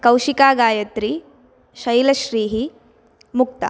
कौशिका गायत्री शैलश्रीः मुक्ता